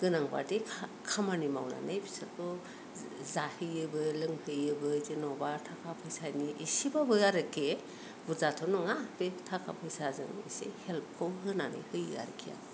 गोनांबादि खामानि मावनानै बिसोरखौ जाहोयोबो लोंहोयोबो जेनबा थाखा फैसानि एसेबाबो आरोखि बुरजाथ' नङा बे थाखा फैसाजों एसे हेल्प खौ होनानै होयो आरोखि आं बिदि